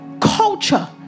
Culture